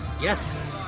Yes